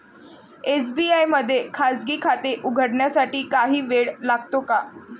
SBI मध्ये खाजगी खाते उघडण्यासाठी काही वेळ लागतो का?